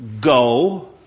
go